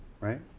right